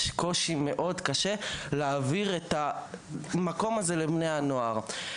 כי יש קושי מאוד גדול להעביר את הדבר הזה לבני הנוער.